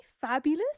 fabulous